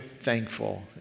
thankful